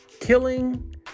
Killing